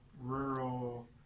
rural